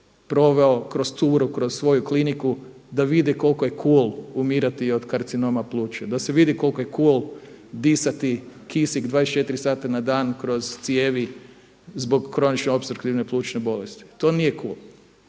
proveo kroz turu, kroz svoju kliniku da vide koliko je cool umirati od karcinoma pluća, da se vidi koliko je cool disati kisik 24 sata na dan kroz cijevi zbog kronične opstruktivne plućne bolesti. To nije cool.